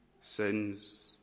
sins